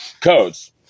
codes